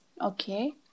Okay